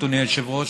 אדוני היושב-ראש,